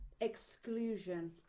exclusion